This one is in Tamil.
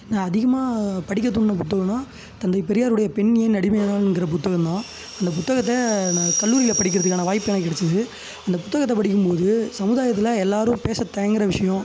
என்னை அதிகமாக படிக்கத் தூண்டுன புத்தகன்னா தந்தை பெரியாரோடைய பெண் ஏன் அடிமையானாள்ங்கிற புத்தகந்தான் அந்தப் புத்தகத்தை நான் கல்லூரியில் படிக்கிறதுக்கான வாய்ப்பு எனக்கு கிடச்சிது அந்த புத்தகத் படிக்கும்போது சமுதாயத்தில் எல்லாரும் பேசத் தயங்குற விஷயம்